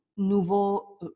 Nouveau